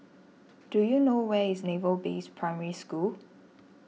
do you know where is Naval Base Primary School